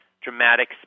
dramatic